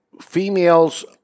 females